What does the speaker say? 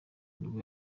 nibwo